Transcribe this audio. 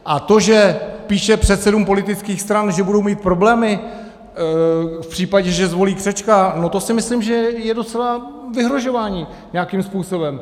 A to, že píše předsedům politických stran, že budou mít problémy v případě, že zvolí Křečka, to si myslím, že je docela vyhrožování nějakým způsobem.